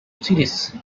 series